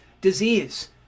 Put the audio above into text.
disease